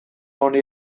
honi